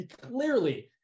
clearly